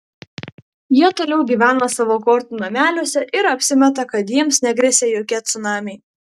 jie toliau gyvena savo kortų nameliuose ir apsimeta kad jiems negresia jokie cunamiai